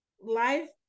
life